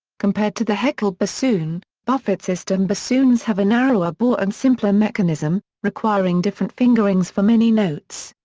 compared to the heckel bassoon, buffet system bassoons have a narrower bore and simpler mechanism, requiring different fingerings for many notes.